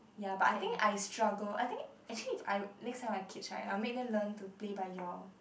ya but I think I struggle I think actually if I next time I have kids right I'll make them learn to play by ear